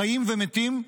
חיים ומתים,